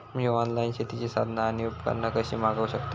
मी online शेतीची साधना आणि उपकरणा कशी मागव शकतय?